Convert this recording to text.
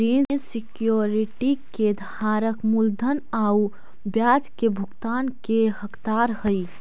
ऋण सिक्योरिटी के धारक मूलधन आउ ब्याज के भुगतान के हकदार हइ